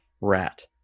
rat